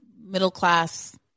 middle-class